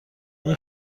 این